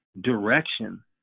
direction